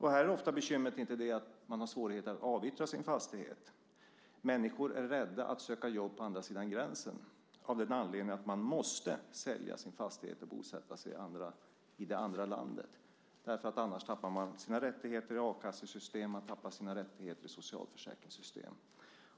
Här är ofta bekymret inte att man har svårighet att avyttra sin fastighet. Människor är rädda att söka jobb på andra sidan gränsen av den anledningen att de måste sälja sin fastighet och bosätta sig i det andra landet. Annars tappar de sina rättigheter i a-kassesystem och i socialförsäkringssystem.